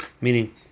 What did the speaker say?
Meaning